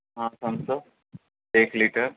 ہاں تھمسپ ایک لیٹر